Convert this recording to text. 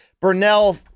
Burnell